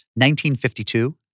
1952